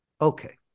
Okay